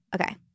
Okay